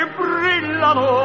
brillano